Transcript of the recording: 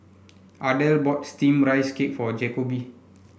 Ardell bought steamed Rice Cake for Jacoby